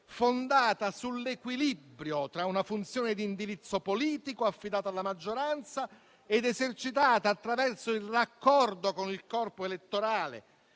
fondata sull'equilibrio tra una funzione di indirizzo politico, affidata alla maggioranza ed esercitata attraverso il raccordo con il corpo elettorale,